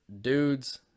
dudes